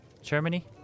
Germany